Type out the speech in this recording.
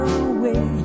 away